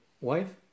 wife